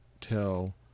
tell